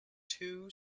two